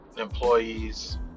employees